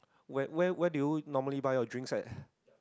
where where where do you normally buy your drinks at